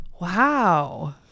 Wow